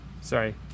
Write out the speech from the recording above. Sorry